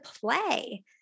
play